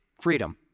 freedom